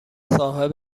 صاحب